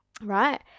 right